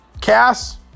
Cass